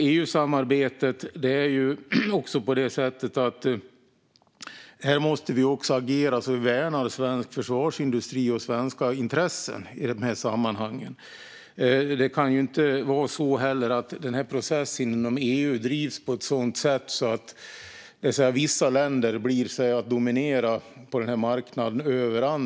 Vad gäller EU-samarbetet måste vi agera för att värna svensk försvarsindustri och svenska intressen. Det får inte vara så att processen inom EU drivs på ett sådant sätt att vissa länder dominerar över andra på den här marknaden.